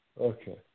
Okay